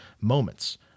moments